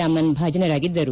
Raman ಭಾಜನರಾಗಿದ್ದರು